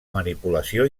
manipulació